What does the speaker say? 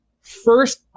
first